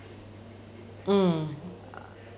mm